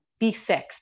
B6